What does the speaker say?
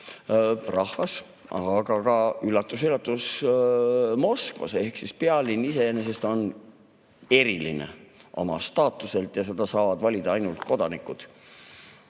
Prahas, aga ka – üllatus-üllatus! – Moskvas. Ehk siis pealinn iseenesest on eriline oma staatuselt ja seal saavad valida ainult kodanikud. Nüüd,